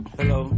Hello